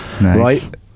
right